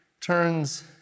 turns